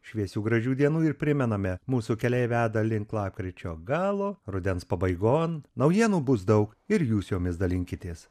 šviesių gražių dienų ir primename mūsų keliai veda link lapkričio galo rudens pabaigon naujienų bus daug ir jūs jomis dalinkitės